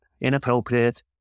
inappropriate